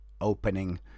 opening